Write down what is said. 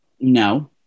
No